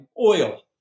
oil